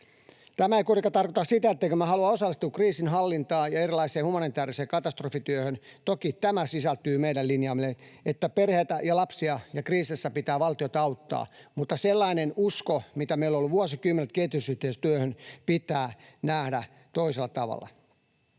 Tämä ei kuitenkaan tarkoita sitä, ettemmekö halua osallistua kriisinhallintaan ja erilaiseen humanitääriseen katastrofityöhön. Toki tämä sisältyy meidän linjaamme, että kriiseissä pitää perheitä ja lapsia ja valtioita auttaa, mutta sellainen usko, mitä meillä on ollut vuosikymmenet kehitysyhteistyöhön, pitää nähdä toisella tavalla.